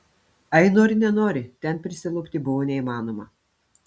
ai nori nenori ten prisilupti buvo neįmanoma